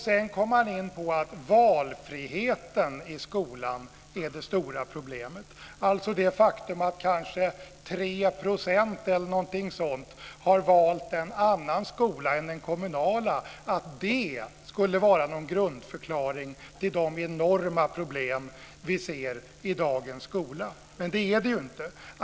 Sedan kom han in på att valfriheten i skolan är det stora problemet, dvs. att det faktum att kanske 3 % eller någonting sådant har valt en annan skola än den kommunala skulle vara någon grundförklaring till de enorma problem vi ser i dagens skola. Det är det inte.